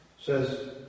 says